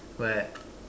what